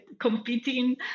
competing